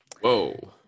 whoa